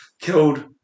killed